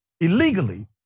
Illegally